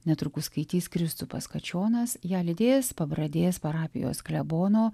netrukus skaitys kristupas kačionas ją lydėjęs pabradės parapijos klebono